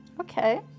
Okay